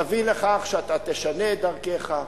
יביא לכך שאתה תשנה את דרכך,